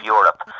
Europe